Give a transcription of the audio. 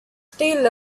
still